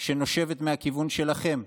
שנושבת מהכיוון שלכם.